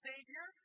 Savior